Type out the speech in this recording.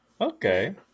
Okay